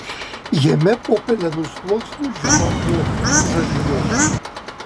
jame po pelenų sluoksniu žioravo žarijos